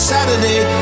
Saturday